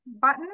button